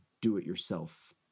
do-it-yourself